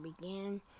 begin